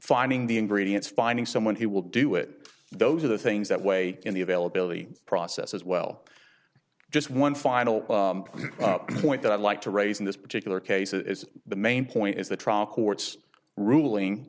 finding the ingredients finding someone who will do it those are the things that weigh in the availability process as well just one final point that i'd like to raise in this particular case is the main point is the